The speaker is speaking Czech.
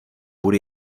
bude